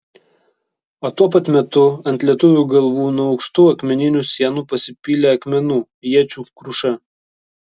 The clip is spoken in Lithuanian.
o tuo pat metu ant lietuvių galvų nuo aukštų akmeninių sienų pasipylė akmenų iečių kruša